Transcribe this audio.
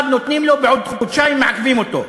אחד נותנים לו, בעוד חודשיים מעכבים אותו.